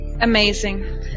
amazing